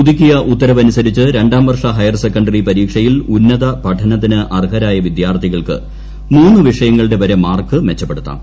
പുതുക്കിയ ഉത്തരവ് അനുസരിച്ച് രണ്ടാം വർഷ ഹയർ സെക്കൻ്ററി പരീക്ഷയിൽ ഉന്നത പഠനത്തിന് അർഹരായ വിദ്യാർത്ഥികൾക്ക് മൂന്ന് വിഷയങ്ങളുടെ വരെ മാർക്ക് മെച്ചപ്പെടുത്താം